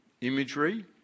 imagery